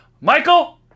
Michael